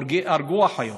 והרגו אחיות,